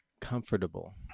comfortable